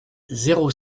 zéro